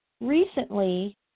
recently